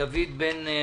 דוד בן מרגלית.